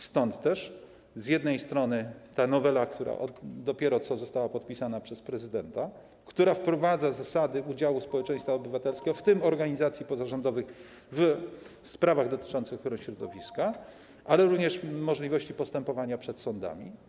Stąd też ta nowela, dopiero co podpisana przez prezydenta, która wprowadza zasady udziału społeczeństwa obywatelskiego, w tym organizacji pozarządowych, w sprawach dotyczących ochrony środowiska, ale również możliwości postępowania przed sądami.